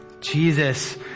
Jesus